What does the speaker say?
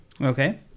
okay